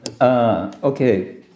Okay